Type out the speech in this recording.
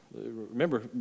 remember